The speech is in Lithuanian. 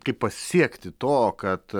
kaip pasiekti to kad